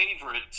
favorite